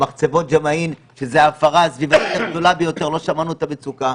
במחצבות ג'מעין שזאת ההפרה הסביבתית הגדולה ביותר לא שמענו את המצוקה.